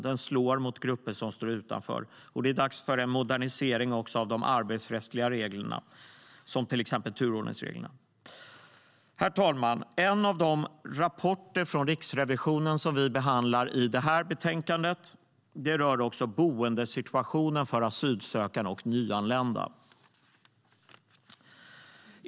Den slår mot grupper som står utanför. Det är dags för en modernisering av de arbetsrättsliga reglerna, till exempel turordningsreglerna. En av de rapporter från Riksrevisionen som vi behandlar i detta betänkande rör också boendesituationen för asylsökande och nyanlända.